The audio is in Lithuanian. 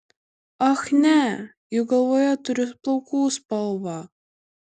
ach ne juk galvoje turiu plaukų spalvą